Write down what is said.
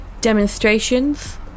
Demonstrations